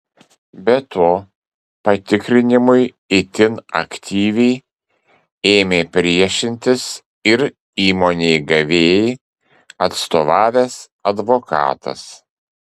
be to patikrinimui itin aktyviai ėmė priešintis ir įmonei gavėjai atstovavęs advokatas